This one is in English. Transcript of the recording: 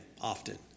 often